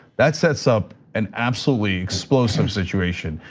that sets up an absolutely explosive situation.